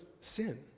sin